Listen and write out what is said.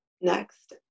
next